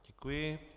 Děkuji.